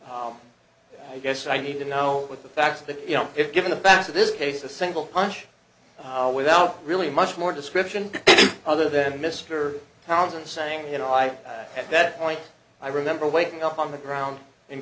oh i guess i need to know with the facts that you know if given the facts of this case a single punch without really much more description other than mr townsend saying you know i at that point i remember waking up on the ground